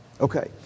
okay